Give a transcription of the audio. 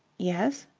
yes?